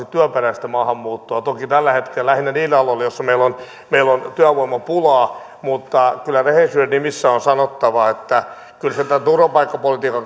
työperäistä maahanmuuttoa toki tällä hetkellä lähinnä niille aloille joilla meillä on työvoimapulaa mutta kyllä rehellisyyden nimissä on sanottava että kyllä tämän turvapaikkapolitiikan